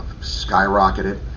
skyrocketed